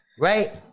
right